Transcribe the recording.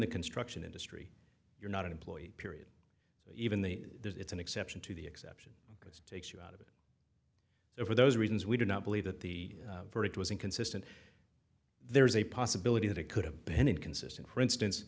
the construction industry you're not an employee period so even the it's an exception to the exception because it takes you out of it so for those reasons we did not believe that the verdict was inconsistent there's a possibility that it could have been inconsistent for instance